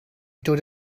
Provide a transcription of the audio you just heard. dod